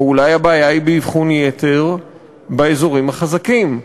או שאולי הבעיה היא באבחון יתר באזורים החזקים?